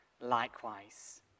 likewise